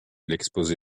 l’exposé